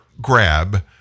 grab